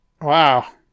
Wow